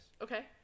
Okay